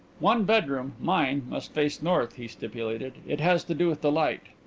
one bedroom, mine, must face north, he stipulated. it has to do with the light.